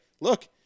look